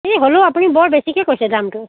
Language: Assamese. ই হ'লেও আপুনি বৰ বেছিকৈ কৈছে দামটো